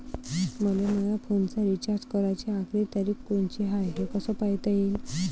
मले माया फोनचा रिचार्ज कराची आखरी तारीख कोनची हाय, हे कस पायता येईन?